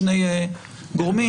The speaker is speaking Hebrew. שני גורמים.